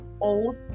old